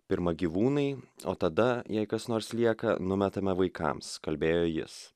pirma gyvūnai o tada jei kas nors lieka numetame vaikams kalbėjo jis